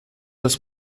des